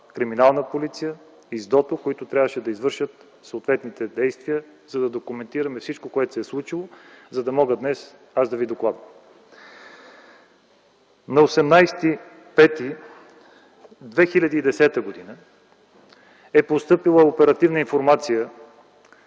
Криминална полиция и с ДОТО, които трябваше да извършат съответните действия, за да документираме всичко, което се е случило, за да мога днес аз да ви докладвам. На 18.05.2010 г. е постъпила оперативна информация